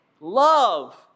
love